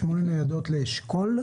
שמונה ניידות לאשכול?